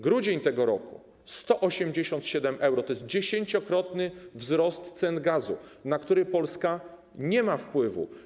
Grudzień tego roku - 187 euro, to jest dziesięciokrotny wzrost cen gazu, na który Polska nie ma wpływu.